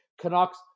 Canucks